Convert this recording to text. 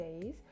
days